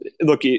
look